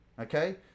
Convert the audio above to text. okay